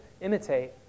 imitate